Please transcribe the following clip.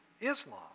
Islam